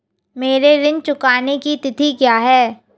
मेरे ऋण चुकाने की तिथि क्या है?